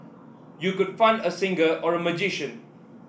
you could fund a singer or a magician